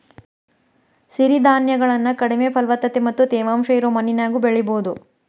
ಸಿರಿಧಾನ್ಯಗಳನ್ನ ಕಡಿಮೆ ಫಲವತ್ತತೆ ಮತ್ತ ತೇವಾಂಶ ಇರೋ ಮಣ್ಣಿನ್ಯಾಗು ಬೆಳಿಬೊದು